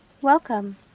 Welcome